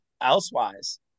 elsewise